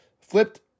Flipped